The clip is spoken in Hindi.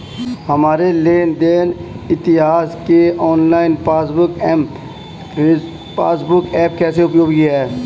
हमारे लेन देन इतिहास के online passbook M passbook app कैसे उपयोगी है?